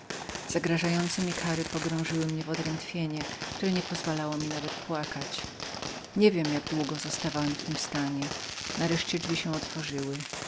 zagrażające mi pogrążyły mnie w odrętwienie które nie pozwalało mi nawet płakać nie wiem jak długo zostawałem w tym stanie gdy drzwi się otworzyły